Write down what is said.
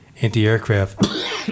anti-aircraft